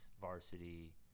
varsity